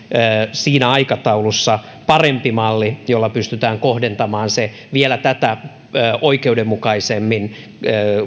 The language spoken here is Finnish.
siinä aikataulussa parempi malli jolla pystytään kohdentamaan se vielä tätä oikeudenmukaisemmin